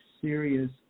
serious